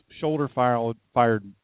shoulder-fired